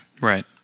Right